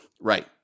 Right